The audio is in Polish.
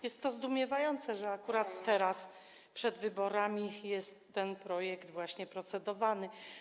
Jest to zdumiewające, że akurat teraz, przed wyborami, ten projekt jest procedowany.